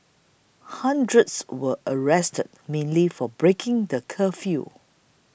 hundreds were arrested mainly for breaking the curfew